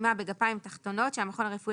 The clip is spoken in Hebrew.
פגימה בגפיים תחתונות שהמכון הרפואי